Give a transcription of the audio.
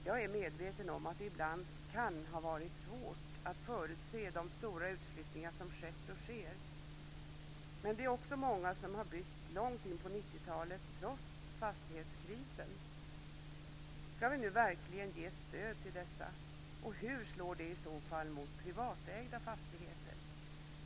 Jag är medveten om att det ibland kan ha varit svårt att förutse de stora utflyttningar som har skett och sker. Men det är också många bolag som har byggt långt in på 90-talet trots fastighetskrisen. Ska vi nu verkligen ge stöd till dessa, och hur slår det i så fall mot privatägda fastigheter?